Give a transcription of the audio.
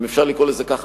אם אפשר לקרוא לזה כך,